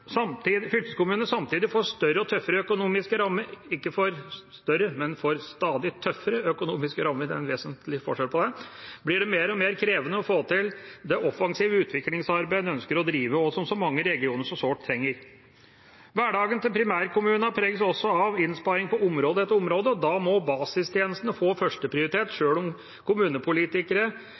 samtidig får stadig tøffere økonomiske rammer, blir det mer og mer krevende å få til det offensive utviklingsarbeidet man ønsker å drive, og som så mange regioner så sårt trenger. Hverdagen til primærkommunen preges også av innsparing på område etter område, og da må basistjenestene få førsteprioritet sjøl om kommunepolitikere